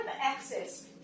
access